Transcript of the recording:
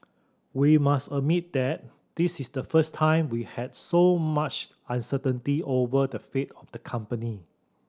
we must admit this is the first time we had so much uncertainty over the fate of the company